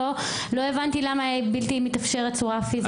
לא הבנתי למה לא מתאפשר בצורה פיזית.